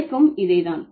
கலைக்கும் இதே தான்